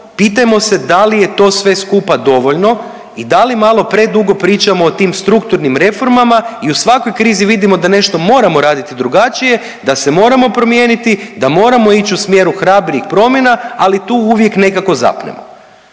pitajmo se da li je to sve skupa dovoljno i da li malo predugo pričamo o tim strukturnim reformama i u svakoj krizi vidimo da nešto moramo raditi drugačije, da se moramo promijeniti, da moramo ići u smjeru hrabrijih promjena, ali tu uvijek nekako zapnemo.